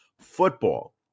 football